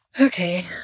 Okay